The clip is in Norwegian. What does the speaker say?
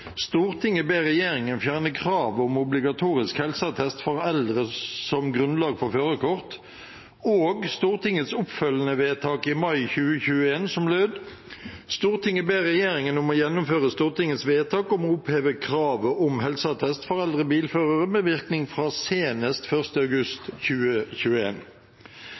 ber regjeringen fjerne kravet om obligatorisk helseattest for eldre som grunnlag for førerkort», og Stortingets oppfølgende vedtak i mai 2021 som lød: «Stortinget ber regjeringen om å gjennomføre Stortingets vedtak om å oppheve kravet om helseattest for eldre bilførere med virkning fra senest 1. august